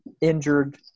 injured